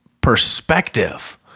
perspective